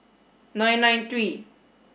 nine nine three